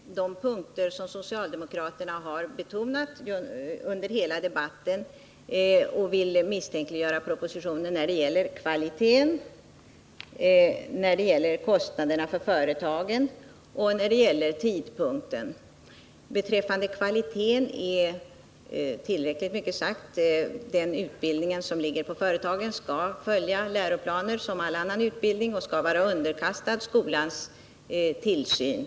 Fru talman! Lena Hjelm-Wallén upphåller sig vid de punkter som socialdemokraterna har betonat under hela debatten, och hon vill alltså misstänkliggöra propositionen när det gäller kvaliteten, när det gäller kostnaderna för företagen och när det gäller tidpunkten för genomförandet. Beträffande kvaliteten är tillräckligt mycket sagt. Den utbildning som ligger på företagen skall följa läroplaner som vid all annan utbildning och skall vara underkastad skolans tillsyn.